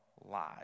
Lies